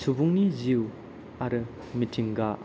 सुबुंनि जिउ आरो मिथिंगा